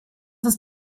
ist